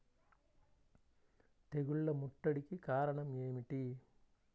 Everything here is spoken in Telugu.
తెగుళ్ల ముట్టడికి కారణం ఏమిటి?